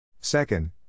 Second